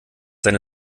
seine